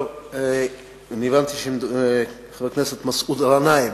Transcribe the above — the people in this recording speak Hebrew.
טוב, הבנתי שזה חבר הכנסת מסעוד ע'נאים.